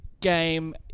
game